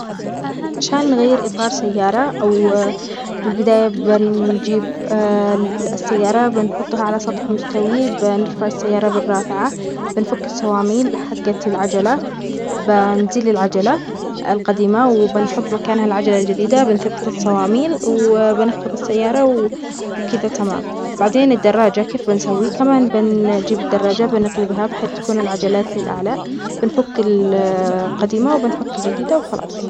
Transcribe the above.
عشان نغير إطار سيارة أو في البداية بنجيب السيارة بنحطها على سطح مستوي بنرفع السيارة بالرافعة بنفك الصواميل حقة العجلة. بنزل العجلة القديمة وبنحط مكانها العجلة الجديدة بنثبت الصواميل و بنخفض السيارة و وكده تمام بعدين الدراجة كيف بنسوي؟ كمان؟ بنجيب الدراجة بنقلبها بحيث تكون العجلات للأعلى بنفك ال- القديمة وبنحط الجديدة وخلاص.